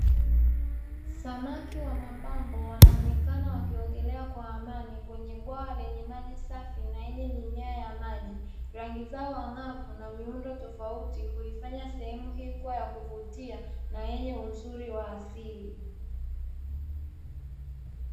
Samaki wa mapambo wanaonekana wakiogelea kwa amani kwenye bwawa lenye maji safi na lenye mimea ya maji. Rangi zao ang'avu na miundo tofauti huifanya sehemu hii kuwa ya kuvutia na yenye uzuri wa asili.